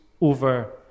over